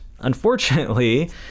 unfortunately